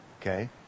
okay